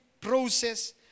process